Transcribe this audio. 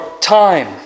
time